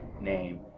name